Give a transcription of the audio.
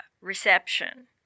reception